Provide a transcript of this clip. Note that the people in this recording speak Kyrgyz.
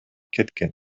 кеткен